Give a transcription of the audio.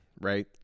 right